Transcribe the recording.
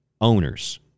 owners